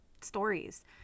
stories